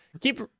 keep